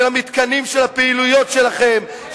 של המתקנים של הפעילויות שלכם,